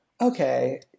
Okay